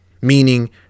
meaning